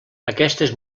aquestes